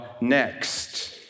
next